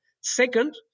second